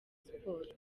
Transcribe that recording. sports